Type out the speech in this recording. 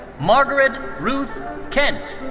margaret ruth kent.